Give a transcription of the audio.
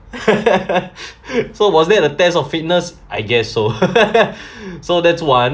so was that a test of fitness I guess so so that's one